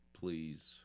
please